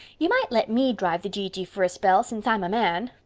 you might let me drive the gee-gee for a spell, since i'm a man.